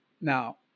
now